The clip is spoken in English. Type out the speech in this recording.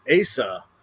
Asa